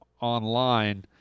Online